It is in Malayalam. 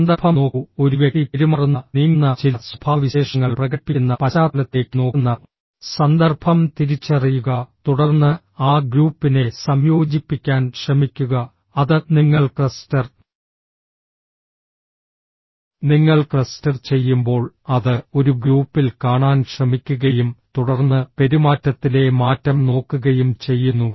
സന്ദർഭം നോക്കൂ ഒരു വ്യക്തി പെരുമാറുന്ന നീങ്ങുന്ന ചില സ്വഭാവവിശേഷങ്ങൾ പ്രകടിപ്പിക്കുന്ന പശ്ചാത്തലത്തിലേക്ക് നോക്കുന്ന സന്ദർഭം തിരിച്ചറിയുക തുടർന്ന് ആ ഗ്രൂപ്പിനെ സംയോജിപ്പിക്കാൻ ശ്രമിക്കുക അത് നിങ്ങൾ ക്ലസ്റ്റർ നിങ്ങൾ ക്ലസ്റ്റർ ചെയ്യുമ്പോൾ അത് ഒരു ഗ്രൂപ്പിൽ കാണാൻ ശ്രമിക്കുകയും തുടർന്ന് പെരുമാറ്റത്തിലെ മാറ്റം നോക്കുകയും ചെയ്യുന്നു